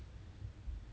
mm